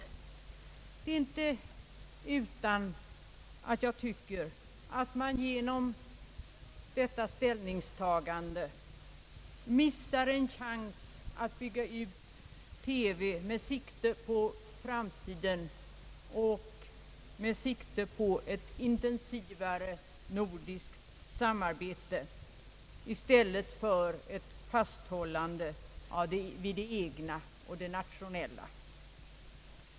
Det är inte utan att jag tycker att man genom detta ställningstagande missar en chans att bygga ut TV med sikte på framtiden och med sikte på ett intensivare nordiskt samarbete i stället för ett fasthållande vid det egna nationella.